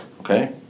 okay